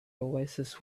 oasis